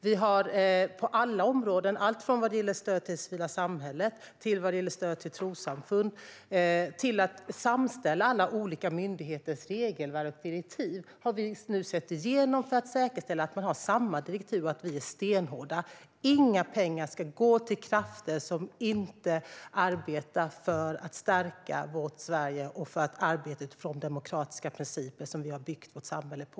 Vi har på alla områden när det gäller stöd till det civila samhället och till trossamfund gått igenom alla myndigheters regelverk och direktiv för att säkerställa att de har samma direktiv, och vi är stenhårda: Inga pengar ska gå till krafter som inte arbetar för att stärka vårt Sverige och som inte arbetar för de demokratiska principer som vi har byggt vårt samhälle på.